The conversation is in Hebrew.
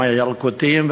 עם הילקוטים,